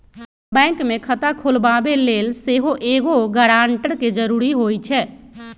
bank में खता खोलबाबे लेल सेहो एगो गरानटर के जरूरी होइ छै